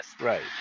Right